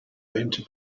into